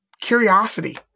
curiosity